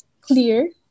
clear